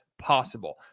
possible